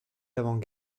d’avant